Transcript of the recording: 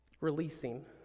Releasing